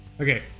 Okay